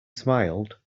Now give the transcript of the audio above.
smiled